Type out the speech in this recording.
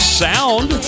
sound